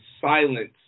silence